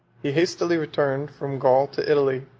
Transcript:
he hastily returned from gaul to italy,